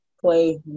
play